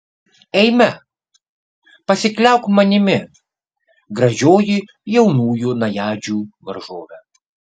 eime pasikliauk manimi gražioji jaunųjų najadžių varžove